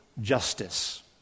justice